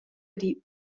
ditg